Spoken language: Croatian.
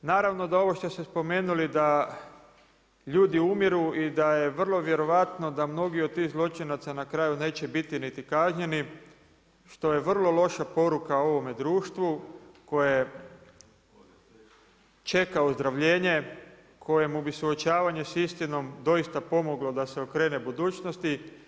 Naravno da ovo što se spomenuli da ljudi umiru i da je vrlo vjerovatno da mnogi od tih zločinaca na kraju neće biti niti kažnjeni, što je vrlo loša poruka ovom društvu, koje je čeka ozdravljenje, kojemu mu suočavanje s istinom doista pomoglo da se okrene budućnosti.